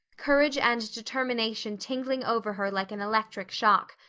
courage and determination tingling over her like an electric shock.